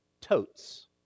totes